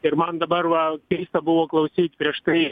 ir man dabar va keista buvo klausyt prieš tai